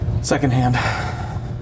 secondhand